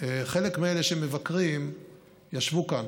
חלק מאלה שמבקרים ישבו כאן